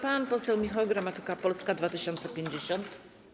Pan poseł Michał Gramatyka, Polska 2050.